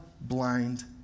blind